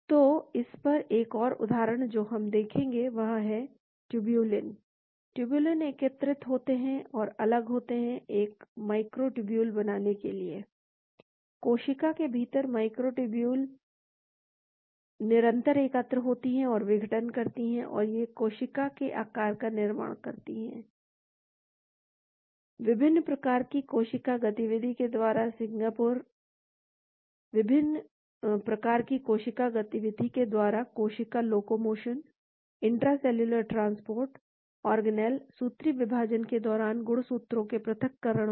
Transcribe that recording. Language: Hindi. तो इस पर एक और उदाहरण जो हम देखेंगे वह है ट्यूबलीन ट्यूबलीन एकत्रित होते हैं और अलग होते हैं एक माइक्रोटूब्यूल बनाने के लिए कोशिका के भीतर माइक्रोटूब्यूल निरंतर एकत्रित होती है और विघटन करती हैं वे कोशिका के आकार का निर्धारण करती हैं विभिन्न प्रकार की कोशिका गतिविधि के द्वारा कोशिका लोकोमोशन इंट्रासेल्युलर ट्रांसपोर्ट ऑर्गेनेल सूत्रीविभाजन के दौरान गुणसूत्रों के पृथक्करण में